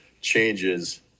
changes